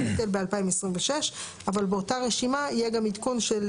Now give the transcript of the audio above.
אבל כיוון שחלק מהסעיף,